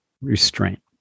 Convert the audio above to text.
restraint